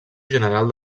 general